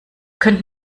könnt